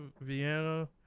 Vienna